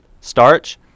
starch